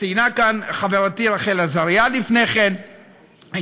ציינה כאן חברתי רחל עזריה לפני כן את